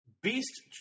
Beast